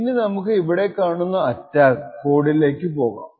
ഇനി നമുക്ക് ഇവിടെ ഈ കാണുന്ന അറ്റാക്ക് കോഡിലേക്കു പോകാം